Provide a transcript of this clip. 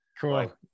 cool